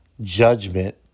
judgment